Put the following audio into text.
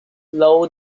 low